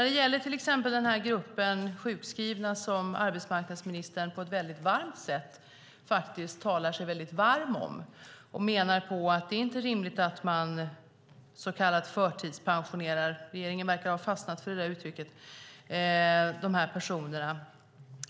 Det gäller till exempel den grupp sjukskrivna som arbetsmarknadsministern på ett väldigt varmt sätt talar om. Hon menar att det inte är rimligt att man förtidspensionerar - regeringen verkar ha fastnat för det uttrycket - de här personerna.